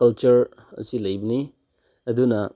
culture ꯑꯁꯤ ꯂꯩꯕꯅꯤ ꯑꯗꯨꯅ